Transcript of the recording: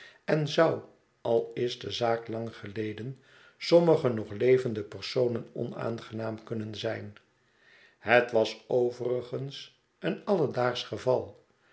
en zou al is de zaak lang geleden sommige nog levende personen onaangenaam kunnen zijn het was overigens een alledaagsch geval